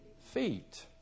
Feet